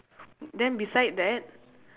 then beside that